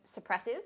suppressive